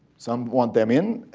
some want them in.